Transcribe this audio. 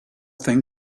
thing